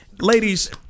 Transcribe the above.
ladies